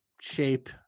shape